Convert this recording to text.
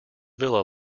villa